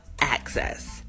access